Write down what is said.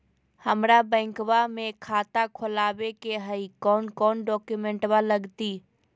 हमरा बैंकवा मे खाता खोलाबे के हई कौन कौन डॉक्यूमेंटवा लगती?